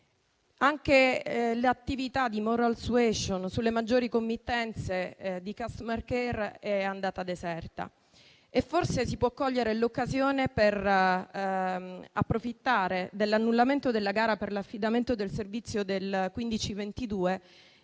Anche l'attività di *moral suasion* sulle maggiori committenze di *customer care* è andata deserta. Forse si può cogliere l'occasione per approfittare dell'annullamento della gara per l'affidamento del servizio del